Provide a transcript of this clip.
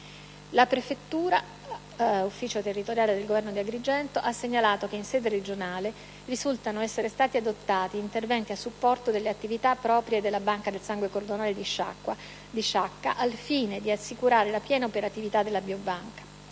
La prefettura-ufficio territoriale del Governo di Agrigento ha segnalato che in sede regionale risultano essere stati adottati interventi a supporto delle attività proprie della Banca del sangue cordonale di Sciacca, al fine di assicurare la piena operatività della biobanca,